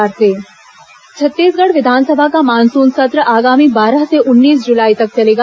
विधानसभा सत्र छत्तीसगढ़ विधानसभा का मानसून सत्र आगामी बारह से उन्नीस जुलाई तक चलेगा